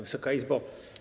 Wysoka Izbo!